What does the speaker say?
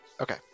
Okay